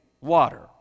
water